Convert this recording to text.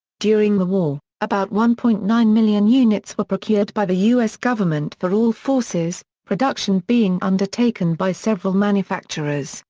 during the war, about one point nine million units were procured by the u s. government for all forces, production being undertaken by several manufacturers,